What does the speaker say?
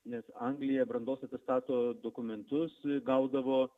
nes anglija brandos atestato dokumentus gaudavo